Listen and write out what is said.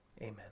Amen